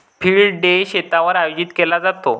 field day शेतावर आयोजित केला जातो